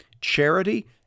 charity